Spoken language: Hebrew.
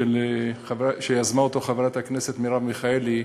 שיזמה חברת הכנסת מרב מיכאלי,